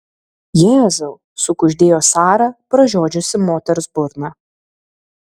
jėzau sukuždėjo sara pražiodžiusi moters burną